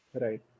Right